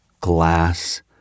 glass